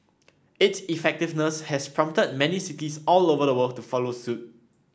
its effectiveness has prompted many cities all over the world to follow suit